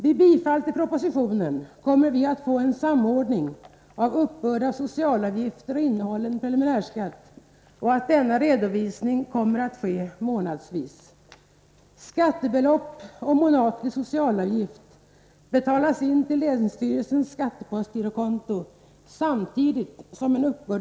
Vid bifall till propositionen kommer vi att få en samordning av uppbörd av socialavgifter och innehållen preliminärskatt, och denna redovisning kommer att ske månadsvis.